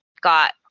got